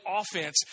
offense